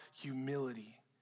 humility